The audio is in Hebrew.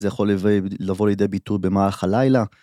זה יכול לבוא לידי ביטוי במהלך הלילה.